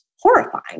horrifying